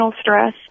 stress